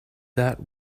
that